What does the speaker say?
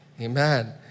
Amen